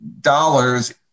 dollars